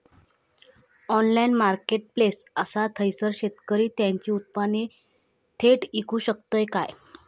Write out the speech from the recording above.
Online marketplace असा थयसर शेतकरी त्यांची उत्पादने थेट इकू शकतत काय?